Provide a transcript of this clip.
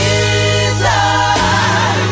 Jesus